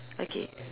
okay